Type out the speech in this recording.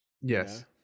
Yes